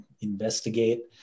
investigate